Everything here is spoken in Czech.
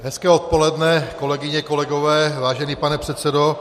Hezké odpoledne, kolegyně, kolegové, vážený pane předsedo.